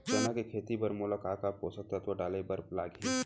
चना के खेती बर मोला का का पोसक तत्व डाले बर लागही?